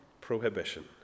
prohibition